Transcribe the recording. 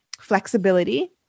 flexibility